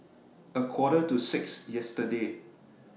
A Quarter to six yesterday